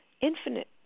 Infinite